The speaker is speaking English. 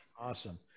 Awesome